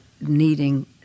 needing